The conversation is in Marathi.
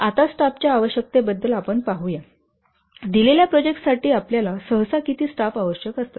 तर आता स्टाफच्या आवश्यकतेबद्दल आपण पाहूया दिलेल्या प्रोजेक्टसाठी आपल्याला सहसा किती स्टाफ आवश्यक असतात